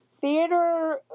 Theater